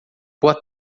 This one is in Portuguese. boa